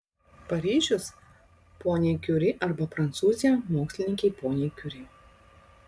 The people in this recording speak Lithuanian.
paryžius poniai kiuri arba prancūzija mokslininkei poniai kiuri